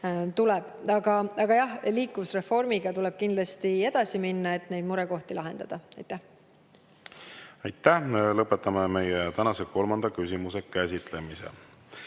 jah, liikuvusreformiga tuleb kindlasti edasi minna, et neid murekohti lahendada. Aitäh! Lõpetame meie tänase kolmanda küsimuse käsitlemise.